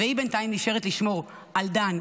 והיא בינתיים נשארת לשמור על דן,